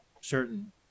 certain